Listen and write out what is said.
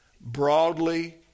broadly